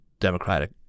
democratic